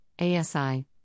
ASI